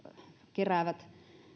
keräävät